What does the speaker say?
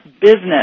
business